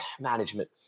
management